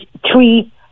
three